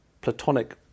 platonic